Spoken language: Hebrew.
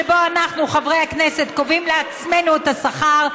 שבו אנחנו חברי הכנסת קובעים לעצמנו את השכר.